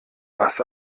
was